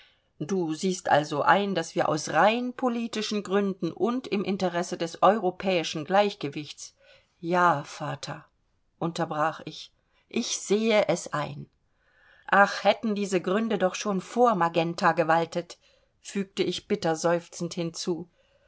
du siehst also ein daß wir aus rein politischen gründen und im interesse des europäischen gleichgewichts ja vater unterbrach ich ich sehe es ein ach hätten diese gründe doch schon vor magenta gewaltet fügte ich bitter seufzend hinzu